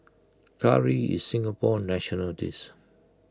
Curry is Singapore's national dish